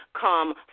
come